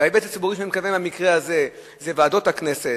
וההיבט הציבורי שאני מתכוון אליו במקרה הזה זה ועדות הכנסת,